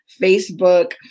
Facebook